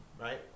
right